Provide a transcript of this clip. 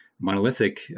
monolithic